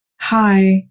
hi